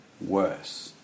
worse